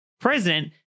president